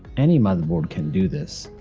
any motherboard can do this.